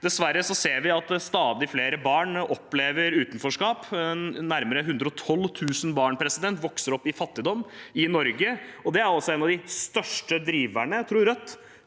Dessverre ser vi at stadig flere barn opplever utenforskap. Nærmere 112 000 barn vokser opp i fattigdom i Norge, og det er en av de største driverne, tror Rødt,